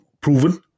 proven